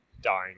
dying